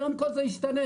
היום כל זה השתנה,